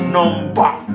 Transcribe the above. Number